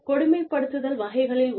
கொடுமைப்படுத்துதல் வகைகளில் ஒன்று